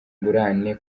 ingurane